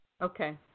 Okay